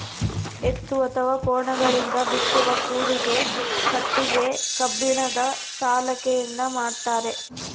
ಎತ್ತು ಅಥವಾ ಕೋಣಗಳಿಂದ ಬಿತ್ತುವ ಕೂರಿಗೆ ಕಟ್ಟಿಗೆ ಕಬ್ಬಿಣದ ಸಲಾಕೆಯಿಂದ ಮಾಡ್ತಾರೆ